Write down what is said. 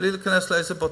בלי להיכנס לאיזה בתי-חולים.